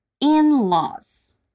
in-laws